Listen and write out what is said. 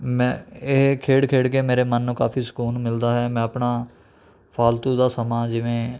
ਮੈਂ ਇਹ ਖੇਡ ਖੇਡ ਕੇ ਮੇਰੇ ਮਨ ਨੂੰ ਕਾਫ਼ੀ ਸਕੂਨ ਮਿਲਦਾ ਹੈ ਮੈਂ ਆਪਣਾ ਫਾਲਤੂ ਦਾ ਸਮਾਂ ਜਿਵੇਂ